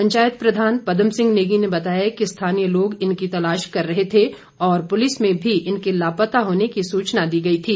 पंचायत प्रधान पदम सिंह नेगी ने बताया कि स्थानीय लोग इनकी तलाश कर रहे थे और पुलिस में भी इनके लापता होने की सुचना दी गई थी